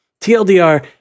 TLDR